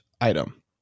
item